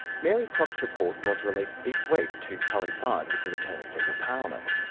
mary crock's report was released this week to coincide with the return of federal parliament.